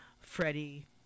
Freddie